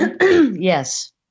Yes